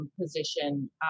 position